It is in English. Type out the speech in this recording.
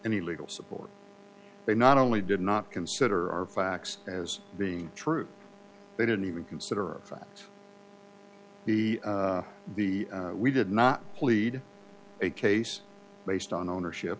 any legal support they not only did not consider our facts as being true they didn't even consider that the the we did not plead a case based on ownership